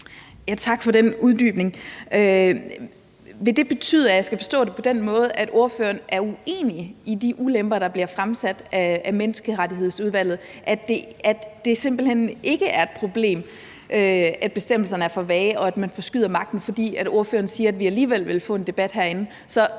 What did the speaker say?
Tak for den uddybning. Vil det betyde, at jeg skal forstå det på den måde, at ordføreren er uenig i de ulemper, der bliver fremsat af Menneskerettighedsudvalget, altså at det simpelt hen ikke er et problem, at bestemmelserne er for vage, og at man forskyder magten, fordi ordføreren siger, at vi alligevel vil få en debat herinde?